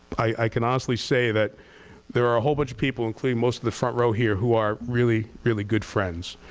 i can honestly say that there are a whole bunch of people including most of the front row here who are really, really good friends.